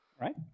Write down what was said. Right